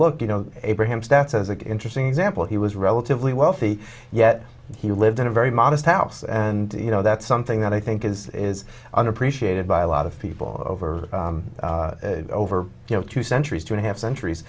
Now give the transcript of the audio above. look you know abraham stats as an interesting example he was relatively wealthy yet he lived in a very modest house and you know that's something that i think is is unappreciated by a lot of people over over you know two centuries two and a half centuries